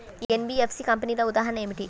NBFC కంపెనీల ఉదాహరణ ఏమిటి?